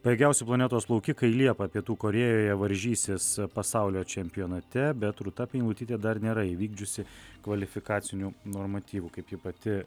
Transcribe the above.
pajėgiausi planetos plaukikai liepą pietų korėjoje varžysis pasaulio čempionate bet rūta meilutytė dar nėra įvykdžiusi kvalifikacinių normatyvų kaip ji pati